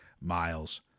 miles